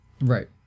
Right